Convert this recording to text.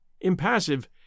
impassive